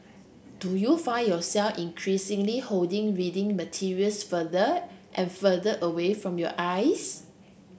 do you find yourself increasingly holding reading materials further and further away from your eyes